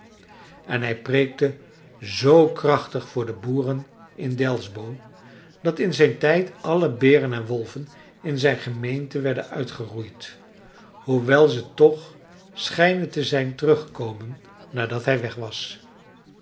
en hij preekte zoo krachtig voor de boeren in delsbo dat in zijn tijd alle beren en wolven in zijn gemeente werden uitgeroeid hoewel ze toch schijnen te zijn teruggekomen nadat hij weg was